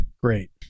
great